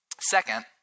second